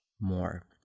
more